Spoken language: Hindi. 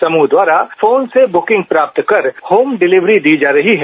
समूह द्वारा फोन से बुकिंग प्राप्त कर होम डिलीवरी दी जा रही है